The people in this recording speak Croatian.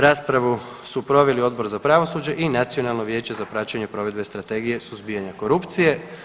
Raspravu su proveli Odbor za pravosuđe i Nacionalno vijeće za praćenje provedbe strategije suzbijanja korupcije.